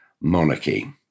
monarchy